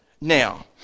Now